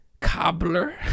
cobbler